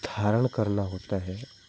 धारण करना होता है